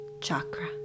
chakra